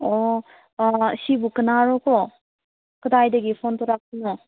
ꯑꯣ ꯁꯤꯕꯨ ꯀꯅꯥꯔꯣꯀꯣ ꯀꯗꯥꯏꯗꯒꯤ ꯐꯣꯟ ꯇꯧꯔꯛꯄꯅꯣ